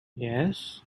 yes